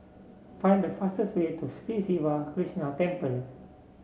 find the fastest way to Sri Siva Krishna Temple